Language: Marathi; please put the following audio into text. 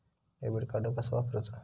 डेबिट कार्ड कसा वापरुचा?